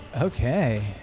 Okay